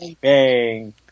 bang